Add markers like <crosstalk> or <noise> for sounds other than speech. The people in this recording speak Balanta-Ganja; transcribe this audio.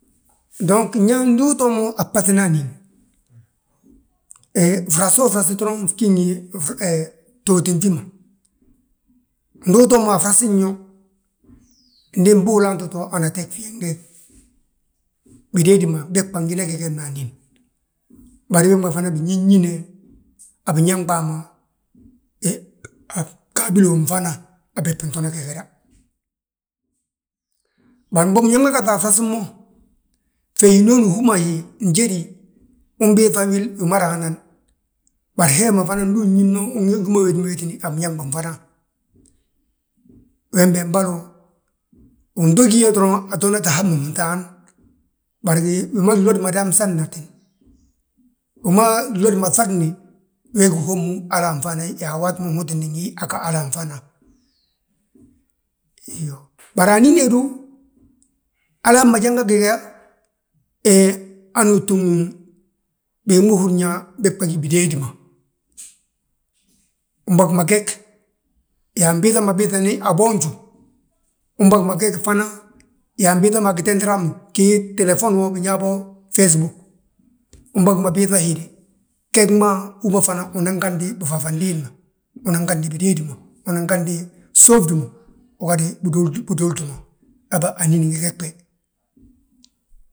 Nyaa ndu utoo mo a ɓaŧina anín, he fraso frasa doroŋ fgí ngi, hee ftooti fi ma. Ndu utoo mo a frasin yo, ndi mbii ulaanti to hana ateeg fyeeŋde, bidéedi ma bégbà ngina geged mo anín. Bari wee ma fana binñinñine, a biñaŋm bàa ma, <hesitation> bgaabilo mfana a beebi bintoona gegeda. Bari mbo biñaŋ ma gaŧa a fras mo, fe hínooni hú ma hi njédi, umbiiŧa wil wima raanan. Bari he ma fana, ndu uñín mo, ugí ma wéeti a binaŋ binfanaŋ. Wembe win to gí ge atoona to hami fntaan. Bari wi ma glodi ma damsanati, wi ma glodi ma ŧagni, wee gí hommu, hala anfana hi, yaa waati ma, nhotindi ngi hi aga hala anfana. Iyoo, bari anín he du, halaa mma janga gega, he hani uu ttúm bigi ma húrin yaa, bégbà gí bidéedi ma. Umbagma geg, yaa mbiiŧama biiŧani a bboonju, umbagi ma ge fana, uyaa mbiiŧama, ginteteram gii telefon wo, binyaa bo feesbug, unbagi ma biiŧa héde. Geg ma hú ma fana unan gandi bifafandin ma, unan gandi bidéedi ma, unan gandi gsófdi ma, ugadi biduuldi ma, habe anín ngi geg be.